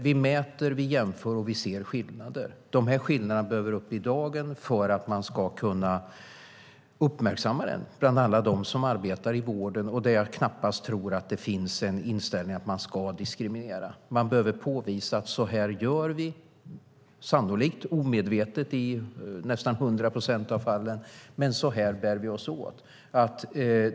Vi mäter och jämför och ser skillnader. Dessa skillnader behöver komma i dagen för att man ska kunna uppmärksamma dem bland alla som arbetar i vården, där jag knappast tror att det finns en inställning att diskriminera. Det behöver påvisas att så här gör man i vården - det är sannolikt omedvetet i nästan hundra procent av fallen, men så bär man sig åt.